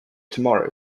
tomorrow